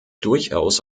durchaus